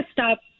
Stop